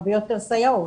הרבה יותר סייעות,